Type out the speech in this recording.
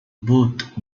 both